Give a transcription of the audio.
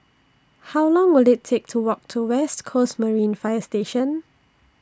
How Long Will IT Take to Walk to West Coast Marine Fire Station